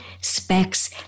specs